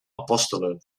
apostelen